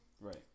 Right